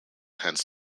hence